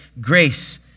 grace